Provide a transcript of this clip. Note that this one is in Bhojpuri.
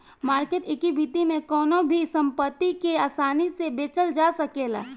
मार्केट इक्विटी में कवनो भी संपत्ति के आसानी से बेचल जा सकेला